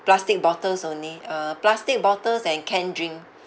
plastic bottles only uh plastic bottles and can drink